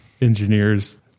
engineers